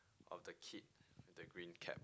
of the kid in the green cap